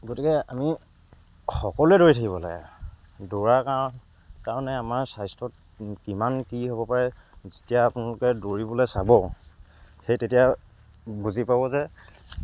গতিকে আমি সকলোৱে দৌৰি থাকিব লাগে দৌৰাৰ কাৰ কাৰণে আমাৰ স্বাস্থ্যত কিমান কি হ'ব পাৰে যেতিয়া আপোনালোকে দৌৰিবলৈ চাব সেই তেতিয়া বুজি পাব যে